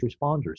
responders